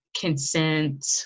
consent